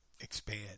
expand